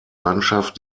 landschaft